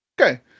Okay